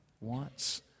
wants